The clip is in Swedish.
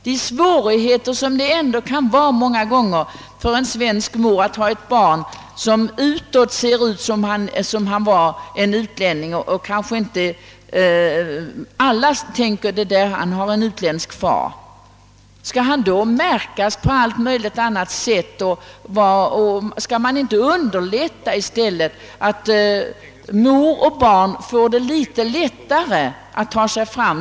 De svårigheter som det i alla fall många gånger kan innebära för en svensk mor att ha ett barn som ser ut som om det vore ett utländskt barn är stora nog ändå, men kanske inte alla tänker på att barnet har en utländsk far. Varför skall barnet då märkas på alla möjliga andra sätt? Skall man inte i stället göra det litet lättare för mor och barn?